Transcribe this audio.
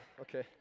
Okay